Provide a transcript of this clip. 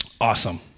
awesome